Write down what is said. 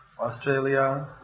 Australia